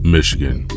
Michigan